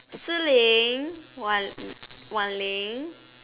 Si-Ling Wan Wan-Ling